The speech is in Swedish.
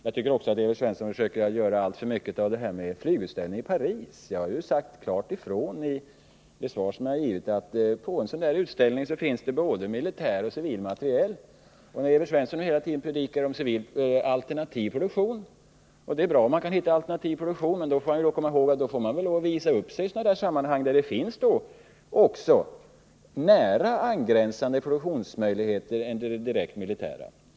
Jag tycker också att Evert Svensson försöker göra alltför mycket av flygutställningen i Paris. Jag har sagt klart ifrån i det svar som jag har givit att på en sådan utställning finns både militär och civil materiel. Evert Svensson predikar hela tiden om civil alternativ produktion, och det är bra om man kan hitta en alternativ produktion. Men Evert Svensson bör komma ihåg att då får man lov att visa upp sig i sammanhang där det finns avsättningsmöjligheter för en produktion nära angränsande till den direkt militära.